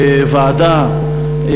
ועדה,